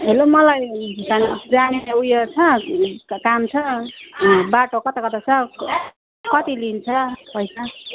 hello मलाई जाने उयो छ काम छ बाटो कता कता छ कति लिन्छ पैसा